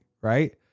right